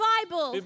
Bible